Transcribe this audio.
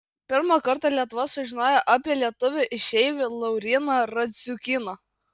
pirmą kartą lietuva sužinojo apie lietuvį išeivį lauryną radziukyną